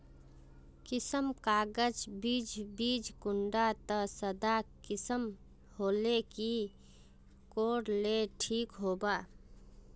किसम गाज बीज बीज कुंडा त सादा किसम होले की कोर ले ठीक होबा?